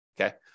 Okay